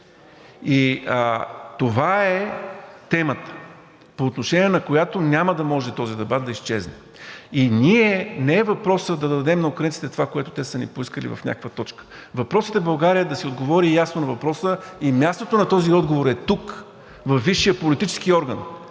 И това е темата, по отношение на която няма да може този дебат да изчезне. И ние не е въпросът да дадем на украинците това, което те са ни поискали в някаква точка, въпросът е България да си отговори ясно на въпроса и мястото на този отговор е тук, във висшия политически орган